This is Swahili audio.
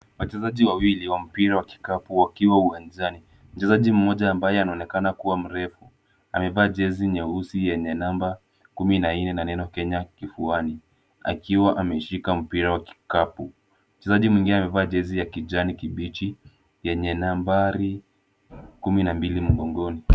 Wachezaji wawili wa mpira wa kikapu wakiwa uwanjani. Mchezaji mmoja ambaye anaonekana kuwa mrefu amevaa jezi nyeusi yenye namba kumi na nne na neno Kenya kifuani akiwa ameshika mpira wa kikapu. Mchezaji mwingine amevaa jezi ya kijani kibichi yenye nambari kumi na mbili mgongoni.